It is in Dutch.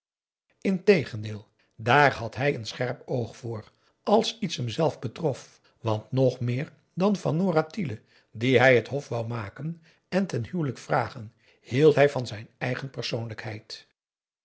integendeel daar had hij een scherp oog voor als aum boe akar eel iets hem zelf betrof want nog meer dan van nora tiele die hij t hof wou maken en ten huwelijk vragen hield hij van zijn eigen persoonlijkheid